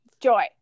Joy